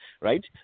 right